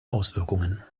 auswirkungen